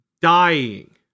dying